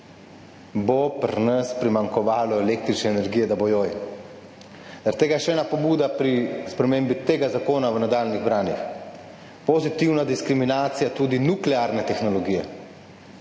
bo pri nas primanjkovalo električne energije, da bo joj. Zaradi tega je še ena pobuda pri spremembi tega zakona v nadaljnjih branjih. Pozitivna diskriminacija tudi nuklearne tehnologije.